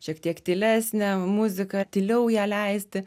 šiek tiek tylesnę muziką tyliau ją leisti